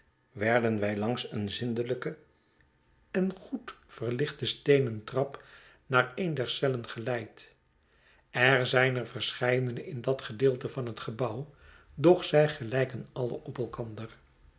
werden wij langs een zindelijke en goed verlichte steenen trap naar een der cellen geleid er zijn er verscheidene in dat gedeelte van het gebouw doch zij gelijken alle op elkander